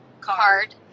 card